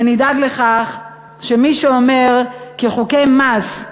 ונדאג לכך שמי שאומר כי חוקי מס הם